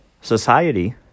society